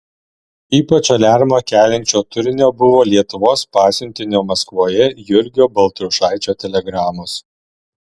ypač aliarmą keliančio turinio buvo lietuvos pasiuntinio maskvoje jurgio baltrušaičio telegramos